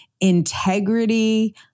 integrity